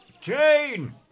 Jane